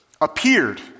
Appeared